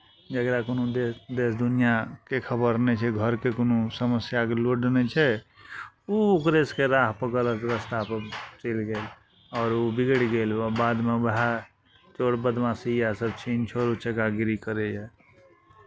जकरा कोनो देश देश दुनिआँके खबर नहि छै घरके कोनो समस्याके लोड नहि छै ओ ओकरे सभके राह पकड़लक ओ रस्तापर चलि गेल आओर ओ बिगड़ि गेल ओ आब बादमे उएह चोर बदमाशी इएहसभ छीन छोड़ उचक्का गिरी करैए